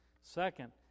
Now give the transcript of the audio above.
Second